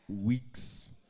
weeks